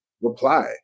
reply